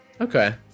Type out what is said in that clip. Okay